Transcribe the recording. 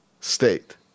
state